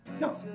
No